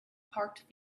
parked